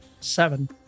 Seven